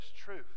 truth